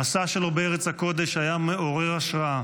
המסע שלו בארץ הקודש היה מעורר השראה,